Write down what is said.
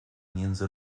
między